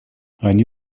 они